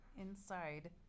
inside